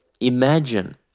Imagine